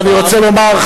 אני רוצה לומר,